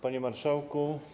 Panie Marszałku!